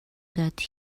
that